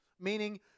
meaning